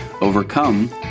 overcome